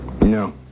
No